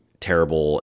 terrible